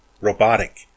Robotic